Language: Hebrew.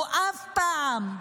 הוא אף פעם,